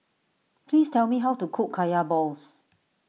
please tell me how to cook Kaya Balls